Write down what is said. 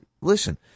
listen